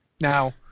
Now